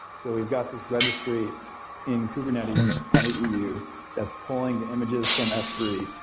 so we've got this registry in kubernetes on the eu that's pulling the images from s three,